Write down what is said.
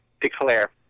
declare